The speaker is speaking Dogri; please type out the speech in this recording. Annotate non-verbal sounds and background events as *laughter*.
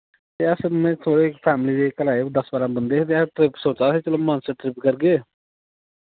ते अस मैं सो इक फैमली *unintelligible* दस बारां बंदे हे ते अस सोचा दे हे चलो मानसर ट्रिप करगे